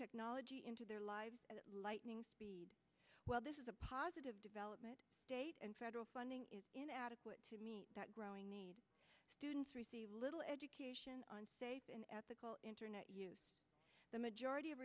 technology into their lives at lightning speed well this is a positive development in federal funding is inadequate to meet that growing need students receive a little education in ethical internet use the majority of